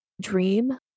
dream